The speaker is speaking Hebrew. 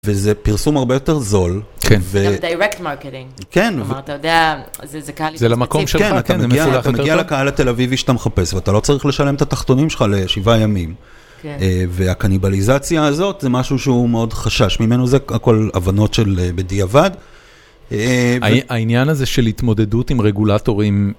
וזה פרסום הרבה יותר זול. כן. זה direct marketing. כן. אבל אתה יודע, זה קהל... זה למקום שלך, כן. אתה מגיע לקהל התל אביבי שאתה מחפש, ואתה לא צריך לשלם את התחתונים שלך לשבעה ימים. והקניבליזציה הזאת, זה משהו שהוא מאוד חשש ממנו, זה הכל הבנות של בדיעבד. העניין הזה של התמודדות עם רגולטורים...